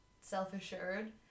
self-assured